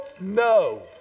no